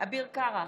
אביר קארה,